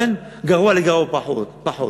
בין גרוע לגרוע פחות.